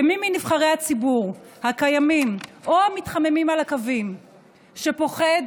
ומי מנבחרי הציבור הקיימים או המתחממים על הקווים שפוחד,